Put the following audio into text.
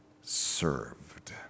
served